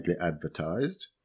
advertised